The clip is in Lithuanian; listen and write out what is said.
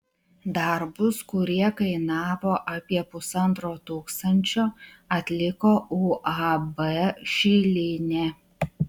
darbus kurie kainavo apie pusantro tūkstančio atliko uab šilinė